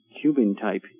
Cuban-type